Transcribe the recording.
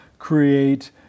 create